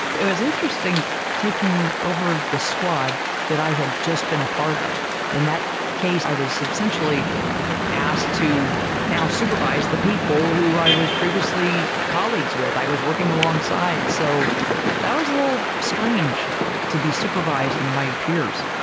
it was interesting taking over the squad that i had just been a part of. in that case, i was essentially asked to now supervise the people who i was previously colleagues with, i was working alongside, so that was a little strange to be supervising my peers.